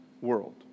world